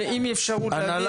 ואם תהיה אפשרות לפרופסור.